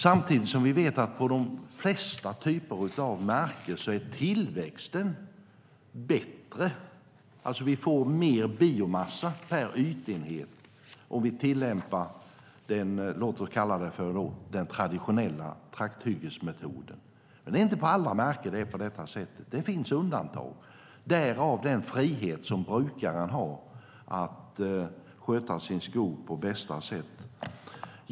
Samtidigt vet vi att vi får mer biomassa per ytenhet om vi tillämpar den traditionella trakthyggesmetoden. Det är inte på alla marker det är så. Det finns undantag. Därför har brukaren frihet att sköta sin skog på bästa sätt.